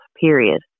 period